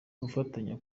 gufatanya